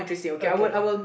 okay